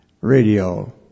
radio